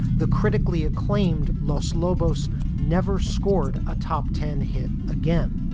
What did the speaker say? the critically acclaimed los lobos never scored a top ten hit again.